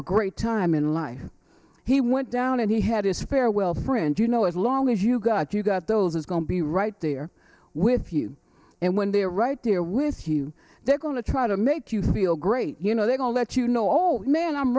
a great time in life he went down and he had his farewell friend you know as long as you got you got those is going to be right there with you and when they are right there with you they're going to try to make you feel great you know they all let you know all men i'm